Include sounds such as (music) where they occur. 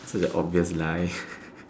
such a obvious lie (laughs)